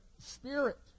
spirit